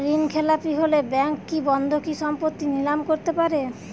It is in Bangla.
ঋণখেলাপি হলে ব্যাঙ্ক কি বন্ধকি সম্পত্তি নিলাম করতে পারে?